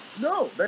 no